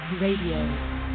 Radio